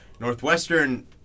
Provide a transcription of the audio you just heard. Northwestern